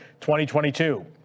2022